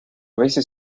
veces